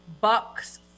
Bucks